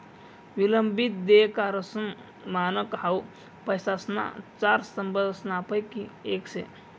विलंबित देयकासनं मानक हाउ पैसासना चार स्तंभसनापैकी येक शे